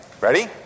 ready